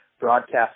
broadcast